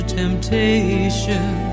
temptation